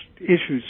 issues